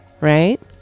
right